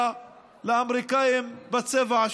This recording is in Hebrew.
לאמריקנים בצבע השחור.